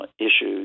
issues